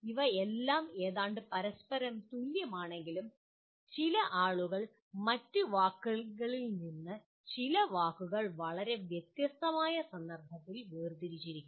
അവയെല്ലാം ഏതാണ്ട് പരസ്പരം തുല്യമാണെങ്കിലും ചില ആളുകൾ മറ്റ് വാക്കുകളിൽ നിന്ന് ചില വാക്കുകൾ വളരെ വ്യത്യസ്തമായ സന്ദർഭത്തിൽ വേർതിരിച്ചിരിക്കുന്നു